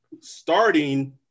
starting